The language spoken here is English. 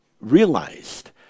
realized